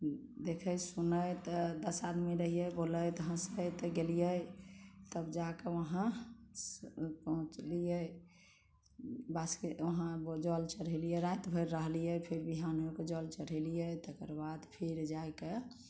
देखैत सुनैत दश आदमी रहियै बोलैत हँसैत गेलियै तब जाके वहाँ पहुँचलियै बासुकी वहाँ जल चढ़ेलियै राति भर रहलियै फेर बिहान होके जल चढ़ेलियै तकर बाद फेर जाइके